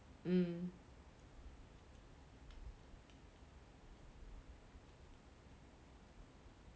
mm